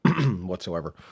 whatsoever